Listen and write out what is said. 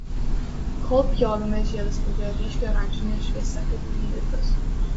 kol pjovėme žiedas spindėjo ryškiai oranžine šviesa kaip lydytas